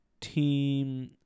team